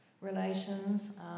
relations